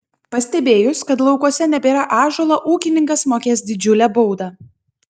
pastebėjus kad laukuose nebėra ąžuolo ūkininkas mokės didžiulę baudą